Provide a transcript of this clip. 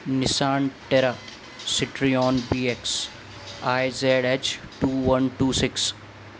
Nissan terra citron B X I Z H two one two six